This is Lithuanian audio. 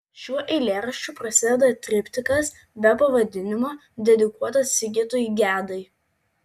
šiuo eilėraščiu prasideda triptikas be pavadinimo dedikuotas sigitui gedai